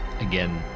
Again